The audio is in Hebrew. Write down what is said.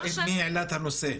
את ראית מי העלה את הנושא.